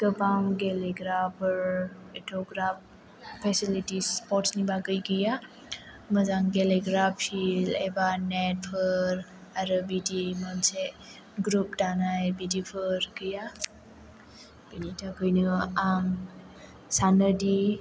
गोबां गेलेग्राफोर एथ'ग्राब फेसिलिटिस स्पर्टसनि बागै गैया मोजां गेलेग्रा फिल्ड एबा नेटफोर आरो बिदि मोनसे ग्रुप दानाय बिदिफोर गैया बिनि थाखायनो आं सानोदि